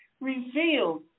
revealed